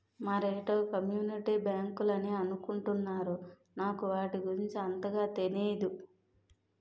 మరేటో కమ్యూనిటీ బ్యాంకులని అనుకుంటున్నారు నాకు వాటి గురించి అంతగా తెనీదు